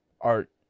art